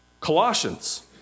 Colossians